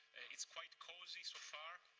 it's quite cozy so far.